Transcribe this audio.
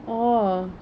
oh